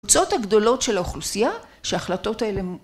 קבוצות הגדולות של האוכלוסייה שההחלטות האלה .